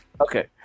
Okay